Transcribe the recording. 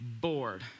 bored